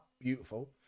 beautiful